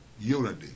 unity